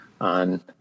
on